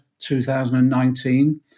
2019